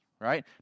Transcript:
right